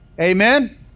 Amen